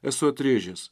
esu atrėžęs